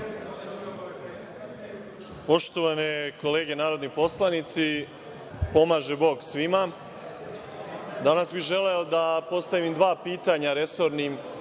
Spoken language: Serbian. Poštovane kolege narodni poslanici, pomaže bog svima. Danas bih želeo da postavim dva pitanja resornim